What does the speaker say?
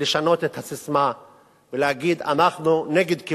תבוא תגיד שאתה נגד.